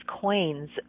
coins